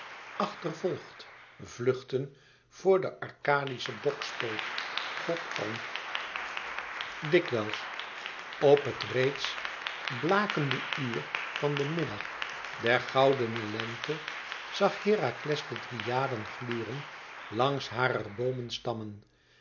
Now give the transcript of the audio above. achtervolgd vluchtten voor den arkadischen bokspoot god pan dikwijls op het reeds blakende uur van den middag der goudene lente zag herakles de dryaden gluren langs harer boomen stammen